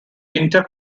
inter